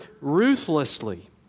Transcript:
ruthlessly